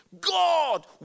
God